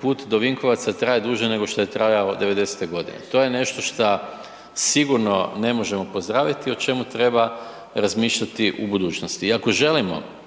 put do Vinkovaca traje duže nego što je trajao 90-te godine, to je nešto šta sigurno ne može pozdraviti i o čemu treba razmišljati u budućnosti. I ako želimo